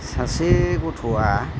सासे गथ'आ